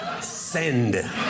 Send